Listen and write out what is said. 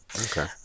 Okay